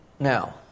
Now